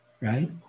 right